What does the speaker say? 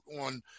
on